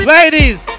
Ladies